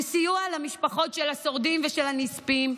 לסיוע למשפחות של השורדים ושל הנספים.